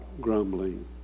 grumbling